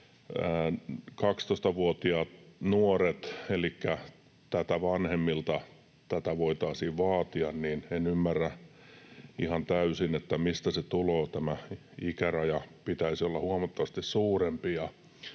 12-vuotiaat nuoret, elikkä tätä vanhemmilta tätä voitaisiin vaatia. En ymmärrä ihan täysin, mistä tämä ikäraja tulee, vaan sen pitäisi olla huomattavasti suurempi.